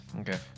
Okay